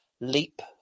leap